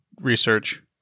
Research